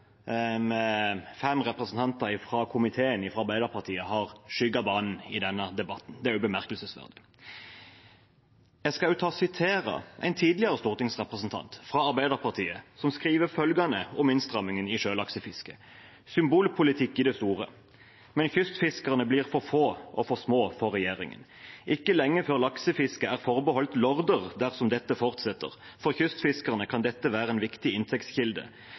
representanter fra Arbeiderpartiet i komiteen har skygget banen i denne debatten. Det er bemerkelsesverdig. Jeg skal sitere en tidligere stortingsrepresentant fra Arbeiderpartiet, som skriver følgende om innstrammingen i sjølaksefisket: Symbolpolitikk i det store, men kystfiskerne blir for få og for små for regjeringen. Ikke lenge før laksefisket er forbeholdt lorder dersom dette fortsetter. For kystfiskerne kan dette være en viktig inntektskilde,